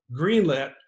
greenlit